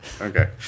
Okay